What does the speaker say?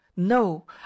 no